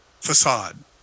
facade